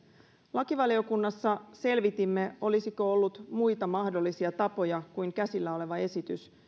lakivaliokunnassa selvitimme olisiko ollut muita mahdollisia tapoja kuin käsillä oleva esitys